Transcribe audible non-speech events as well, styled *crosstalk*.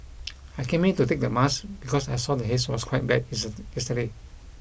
I came here to take the mask because I saw the haze was quite bad *unintelligible* yesterday